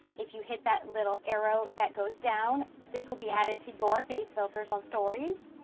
if you hit that little arrow that goes down, this will be added to your face filters on stories.